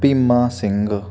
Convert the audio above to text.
Bhima Singh